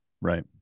right